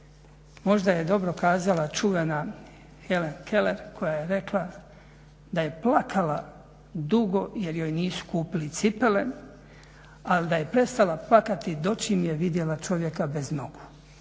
možda je dobro kazala čuvena Helen Keller koja je rekla da je plakala dugo jer joj nisu kupili cipele, ali da je prestala plakati dočim je vidjela čovjeka bez nogu.